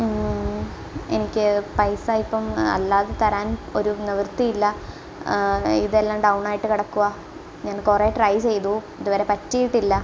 എനിക്ക് പൈസ ഇപ്പം അല്ലാതെ തരാൻ ഒരു നിവൃത്തി ഇല്ല ഇതെല്ലാം ഡൗണായിട്ട് കിടക്കുകയാണ് ഞാൻ കുറേ ട്രൈ ചെയ്തു ഇതുവരെ പറ്റിയിട്ടില്ല